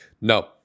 No